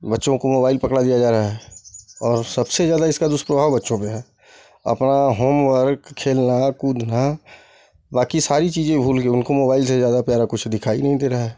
बच्चों को मोबाईल पकड़ा दिया जा रहा है और सबसे ज्यादा इसका दुष्प्रभाव बच्चों में है अपना होमवर्क खेलना कूदना बाकी सारी चीजें भूल कर उनको मोबाइल से ज्यादा प्यारा कुछ दिखाई ही नहीं दे रहा है